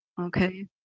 okay